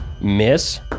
Miss